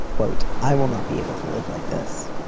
quote, i will not be able to live like this.